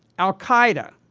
al-qaeda